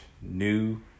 new